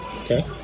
Okay